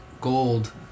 gold